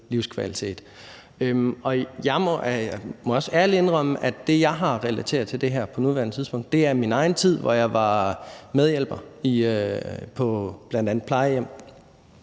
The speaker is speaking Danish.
livskvalitet. Jeg må også ærligt indrømme, at det, jeg har at relatere til på nuværende tidspunkt, er min egen tid, hvor jeg var medhjælper på bl.a. plejehjem.